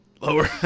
lower